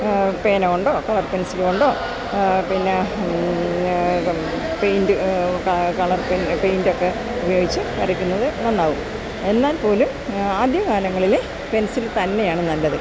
പേന കൊണ്ടോ colour pencil കൊണ്ടോ പിന്നെ പെയിൻറ്റ് ക കളർ പെയ്ന്റ് പെയിൻറ്റൊക്കെ ഉപയോഗിച്ച് വരയ്ക്കുന്നത് നന്നാവും എന്നാൽ പോലും ആദ്യ കാലങ്ങളില് പെൻസിൽ തന്നെയാണ് നല്ലത്